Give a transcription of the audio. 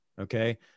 okay